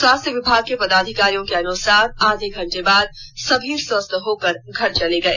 स्वास्थ्य विभाग के पदाधिकारियों के अनुसार आधे घंटे के बाद सभी स्वस्थ होकर घर चले गए